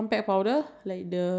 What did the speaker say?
ya yes correct